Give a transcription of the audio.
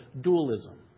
dualism